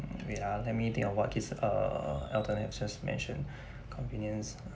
wait ah let me think of what is err elton has just mentioned convenience